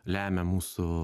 lemia mūsų